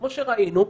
כמו שראינו,